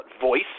voice